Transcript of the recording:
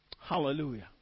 Hallelujah